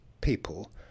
people